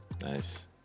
Nice